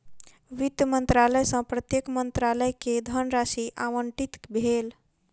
वित्त मंत्रालय सॅ प्रत्येक मंत्रालय के धनराशि आवंटित भेल